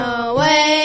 away